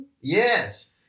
Yes